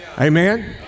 Amen